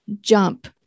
jump